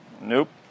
nope